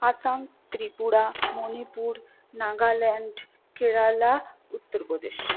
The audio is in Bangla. আসাম ত্রিপুরা মণিপুর নাগাল্যান্ড কেরালা উত্তরপ্রদেশ